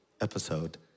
episode